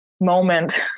Moment